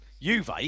Juve